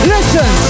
Listen